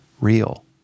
real